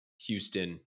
Houston